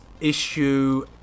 issue